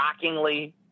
shockingly